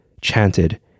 chanted